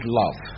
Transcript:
love